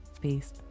Peace